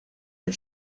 del